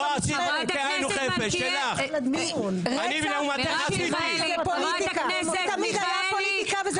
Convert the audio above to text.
זה תמיד היה פוליטיקה וזה תמיד יהיה פוליטיקה.